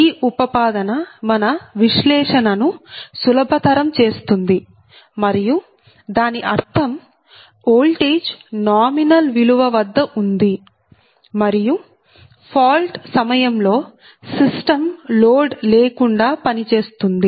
ఈ ఉపపాదన మన విశ్లేషణను సులభతరం చేస్తుంది మరియు దాని అర్థం ఓల్టేజ్ నామినల్ nominal నామమాత్రపు విలువ వద్ద ఉంది మరియు ఫాల్ట్ సమయంలో సిస్టం లోడ్ లేకుండా పనిచేస్తుంది